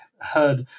heard